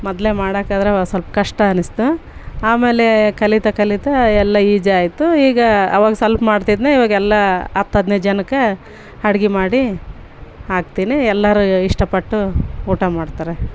ಮೊದಲೆ ಮಾಡೋಕಾದ್ರ ಸ್ವಲ್ಪ್ ಕಷ್ಟ ಅನಿಸ್ತು ಆಮೇಲೆ ಕಲಿತ ಕಲಿತ ಎಲ್ಲ ಈಜಿ಼ ಆಯ್ತು ಈಗ ಅವಾಗ ಸ್ವಲ್ಪ್ ಮಾಡ್ತಿದ್ದೆ ಇವಾಗೆಲ್ಲ ಹತ್ತು ಹದಿನೈದು ಜನಕ್ಕೆ ಅಡ್ಗೆ ಮಾಡಿ ಹಾಕ್ತಿನಿ ಎಲ್ಲರು ಇಷ್ಟ ಪಟ್ಟು ಊಟ ಮಾಡ್ತಾರೆ